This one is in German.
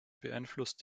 beeinflusst